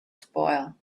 spoil